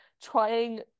trying